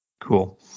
Cool